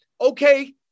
okay